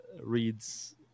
reads